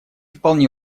вполне